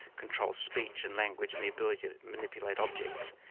control speech and language, and the ability to manipulate objects.